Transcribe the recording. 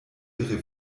ihre